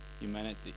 humanity